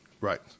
right